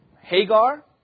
Hagar